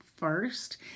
first